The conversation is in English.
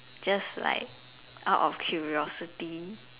just like out of curiosity